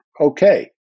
okay